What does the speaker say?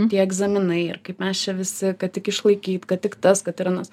tie egzaminai ir kaip mes čia visi kad tik išlaikyt kad tik tas kad ir anas